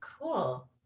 Cool